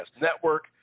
Network